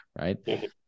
right